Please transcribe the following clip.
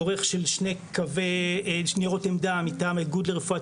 עורך של שני ניירות עמדה מטעם האיגוד לרפואת